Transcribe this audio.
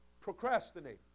procrastinate